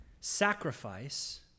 Sacrifice